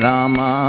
Rama